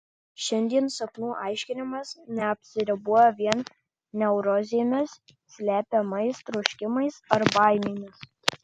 šiandien sapnų aiškinimas neapsiriboja vien neurozėmis slepiamais troškimais ar baimėmis